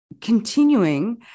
continuing